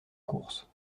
course